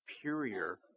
superior